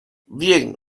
bien